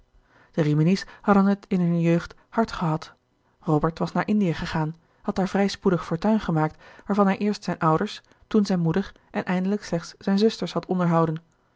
de rimini's hadden het in hunne jeugd hard gehad robert was naar indie gegaan had daar vrij spoedig fortuin gemaakt waarvan hij eerst zijne ouders toen zijne moeder en eindelijk slechts zijne zusters had onderhouden